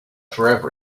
forever